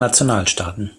nationalstaaten